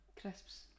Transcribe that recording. crisps